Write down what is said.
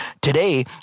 today